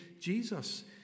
Jesus